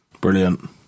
Brilliant